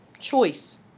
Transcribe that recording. choice